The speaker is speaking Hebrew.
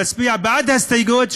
להצביע בעד ההסתייגויות,